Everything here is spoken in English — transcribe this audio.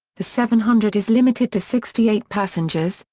the seven hundred is limited to sixty eight passengers,